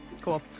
Cool